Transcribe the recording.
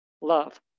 love